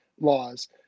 laws